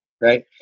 Right